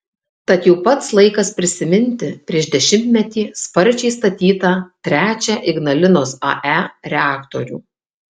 tad jau pats laikas prisiminti prieš dešimtmetį sparčiai statytą trečią ignalinos ae reaktorių